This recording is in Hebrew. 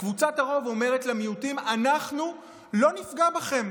קבוצת הרוב אומרת למיעוטים: אנחנו לא נפגע בכם,